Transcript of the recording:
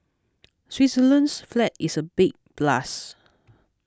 Switzerland's flag is a big plus